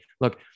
look